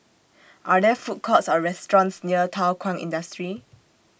Are There Food Courts Or restaurants near Thow Kwang Industry